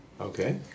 Okay